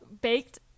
baked